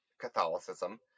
catholicism